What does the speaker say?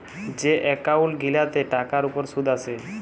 যে এক্কাউল্ট গিলাতে টাকার উপর সুদ আসে